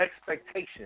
expectation